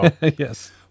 Yes